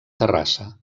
terrassa